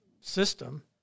system